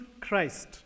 Christ